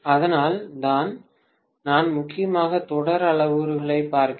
அதனால் தான் நான் முக்கியமாக தொடர் அளவுருக்களைப் பார்க்கிறேன்